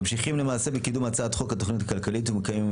ממשיכים למעשה בקידום הצעת חוק התוכנית הכלכלית ומקיימים היום